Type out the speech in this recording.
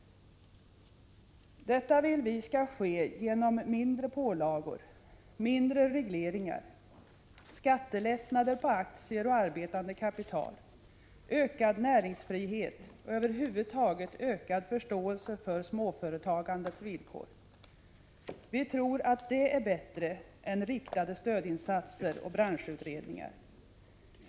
Vi vill att detta skall ske genom mindre pålagor, färre regleringar, skattelättnader på aktier och arbetande kapital, ökad näringsfrihet och över huvud taget större förståelse för småföretagandets villkor. Vi tror att det är bättre än riktade stödinsatser och branschutredningar.